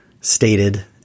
stated